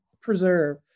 preserve